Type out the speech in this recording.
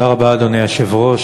אדוני היושב-ראש,